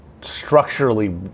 structurally